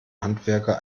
handwerker